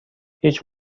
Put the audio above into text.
هیچ